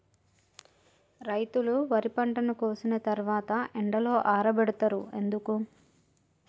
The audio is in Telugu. రైతులు వరి పంటను కోసిన తర్వాత ఎండలో ఆరబెడుతరు ఎందుకు?